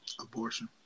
Abortion